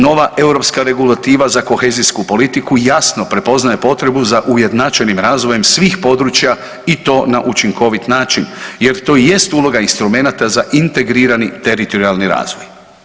Nove europska regulativa za kohezijsku politiku jasno prepoznaje potrebu za ujednačenim razvojem svih područja i to na učinkovit način jer to jest uloga instrumenata za integrirani teritorijalni razvoj.